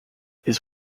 his